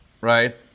right